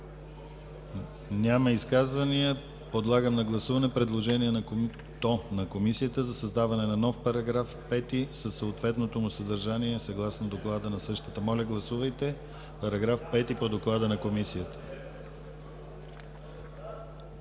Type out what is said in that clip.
Няма. Подлагам на гласуване предложението на Комисията за създаване на нов § 5 със съответното му съдържание, съгласно доклада на същата. Моля, гласувайте § 5 по доклада на Комисията.